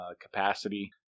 capacity